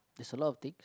there's a lot of thing